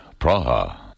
Praha